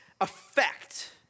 effect